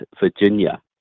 Virginia